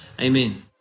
amen